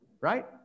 right